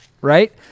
right